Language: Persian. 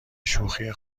شوخی